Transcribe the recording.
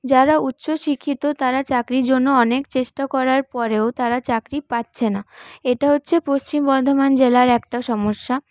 যারা উচ্চ শিক্ষিত তারা চাকরির জন্য অনেক চেষ্টা করার পরেও তারা চাকরি পাচ্ছে না এটা হচ্ছে পশ্চিম বর্ধমান জেলার একটা সমস্যা